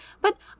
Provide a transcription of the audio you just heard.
but